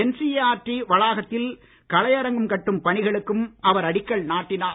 MCERT வளாகத்தில் கலையரங்கம் கட்டும் பணிகளுக்கும் அவர் அடிக்கல் நாட்டினார்